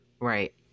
right